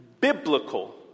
biblical